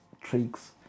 tricks